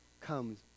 comes